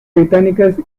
británicas